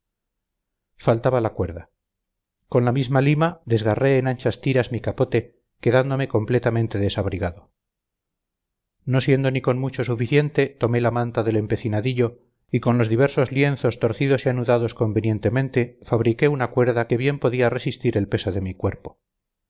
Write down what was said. faltaba la cuerda con la misma lima desgarré en anchas tiras mi capote quedándome completamente desabrigado no siendo ni con mucho suficiente tomé la manta del empecinadillo y con los diversos lienzos torcidos y anudados convenientemente fabriqué una cuerda que bien podía resistir el peso de mi cuerpo